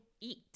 eat